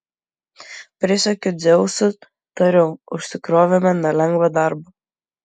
prisiekiu dzeusu tariau užsikrovėme nelengvą darbą